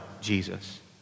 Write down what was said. Jesus